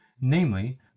namely